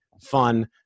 fun